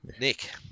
Nick